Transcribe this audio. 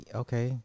okay